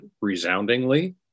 resoundingly